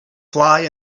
fly